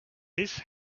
this